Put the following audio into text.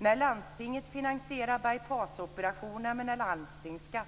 När landstinget finansierar bypass-operationen med landstingsskatt